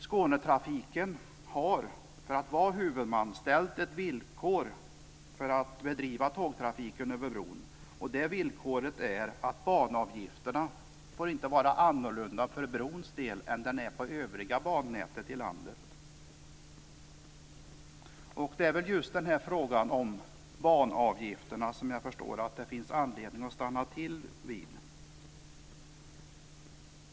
Skånetrafiken har för att vara huvudman ställt ett villkor för att bedriva tågtrafiken över bron. Det villkoret är att banavgifterna inte får vara annorlunda för brons del än de är på övriga bannätet i landet. Det är just frågan om banavgifterna som jag förstår att det finns anledning att stanna till vid.